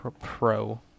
pro